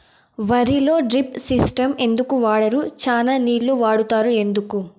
వరిలో drip system ఎందుకు వాడరు? చానా నీళ్లు వాడుతారు ఎందుకు?